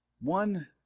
One